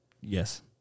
Yes